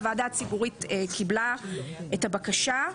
הוועדה הציבורית קיבלה את הבקשה.